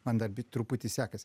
man dar truputį sekas